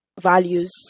values